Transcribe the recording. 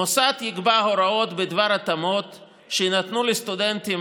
"מוסד יקבע הוראות בדבר התאמות שיינתנו לסטודנטים,